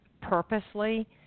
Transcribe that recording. purposely